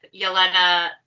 Yelena